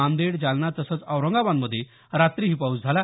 नांदेड जालना तसंच औरंगाबादमध्ये रात्रीही पाऊस झाला